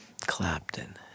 Clapton